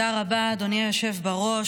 היושב-ראש.